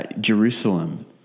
Jerusalem